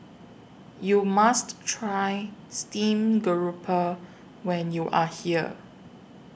YOU must Try Steamed Grouper when YOU Are here